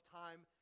time